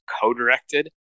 co-directed